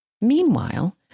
Meanwhile